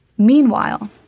Meanwhile